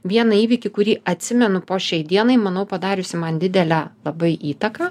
vieną įvykį kurį atsimenu po šiai dienai manau padariusi man didelę labai įtaką